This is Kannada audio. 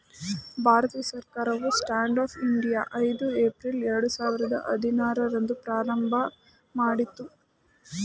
ಭಾರತ ಸರ್ಕಾರವು ಸ್ಟ್ಯಾಂಡ್ ಅಪ್ ಇಂಡಿಯಾ ಐದು ಏಪ್ರಿಲ್ ಎರಡು ಸಾವಿರದ ಹದಿನಾರು ರಂದು ಪ್ರಾರಂಭಮಾಡಿತು